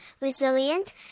resilient